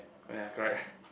ya correct